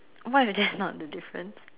what if that's not the difference